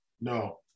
No